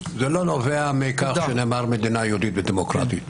זה לא נובע מכך שנאמר מדינה יהודית ודמוקרטית.